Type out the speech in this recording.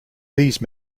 these